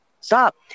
Stop